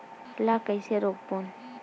ला कइसे रोक बोन?